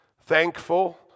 thankful